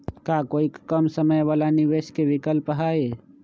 का कोई कम समय वाला निवेस के विकल्प हई?